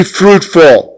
fruitful